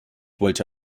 wollte